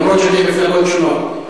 למרות שאתם ממפלגות שונות?